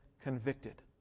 convicted